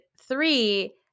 three